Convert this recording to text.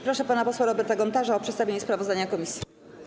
Proszę pana posła Roberta Gontarza o przedstawienie sprawozdania komisji.